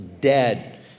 Dead